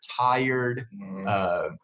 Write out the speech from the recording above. tired